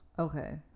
Okay